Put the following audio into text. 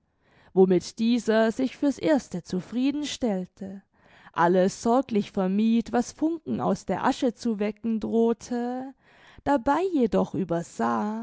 womit dieser sich für's erste zufrieden stellte alles sorglich vermied was funken aus der asche zu wecken drohte dabei jedoch übersah